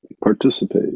participate